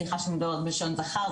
סליחה שאני מדברת בלשון זכר,